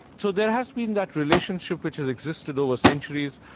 so there has been that relationship which has existed over centuries.